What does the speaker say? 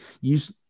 Use